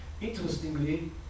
Interestingly